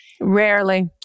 Rarely